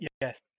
Yes